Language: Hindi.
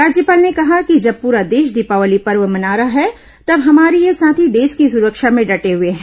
राज्यपाल ने कहा कि जब पूरा देश दीपावली पर्व मना रहा है तब हमारे ये साथी देश की सुरक्षा में डटे हुए हैं